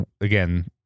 Again